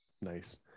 nice